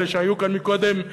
אלה שהיו כאן מקודם,